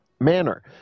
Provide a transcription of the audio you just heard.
manner